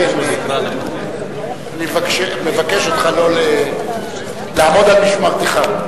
אני מבקש ממך לעמוד על משמרתך.